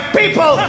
people